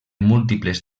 múltiples